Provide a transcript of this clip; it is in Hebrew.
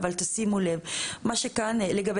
ועדת הבריאות עוברת על הנוסח,